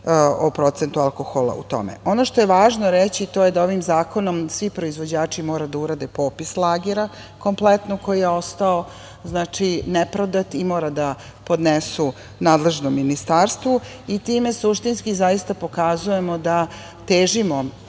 o procentu alkohola u tome. Ono što je važno reći, a to je da ovim zakonom svi proizvođači mora da urade popis lagera, kompletno koji je ostao, neprodat i moraju da podnesu nadležnom ministarstvu i time suštinski zaista pokazujemo da težimo